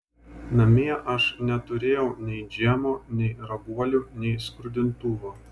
namie aš neturėjau nei džemo nei raguolių nei skrudintuvo